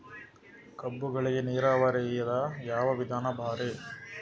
ಕಬ್ಬುಗಳಿಗಿ ನೀರಾವರಿದ ಯಾವ ವಿಧಾನ ಭಾರಿ?